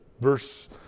verse